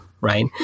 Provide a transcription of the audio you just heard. right